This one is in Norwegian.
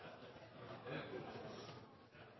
det om